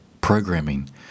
programming